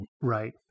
Right